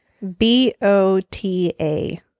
B-O-T-A